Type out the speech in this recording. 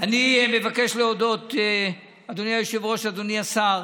אני מבקש להודות, אדוני היושב-ראש, אדוני השר,